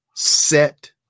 set